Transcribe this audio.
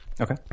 Okay